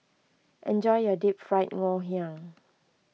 enjoy your Deep Fried Ngoh Hiang